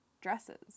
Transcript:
dresses